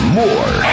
more